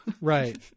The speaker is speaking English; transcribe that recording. Right